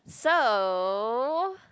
so